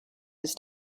his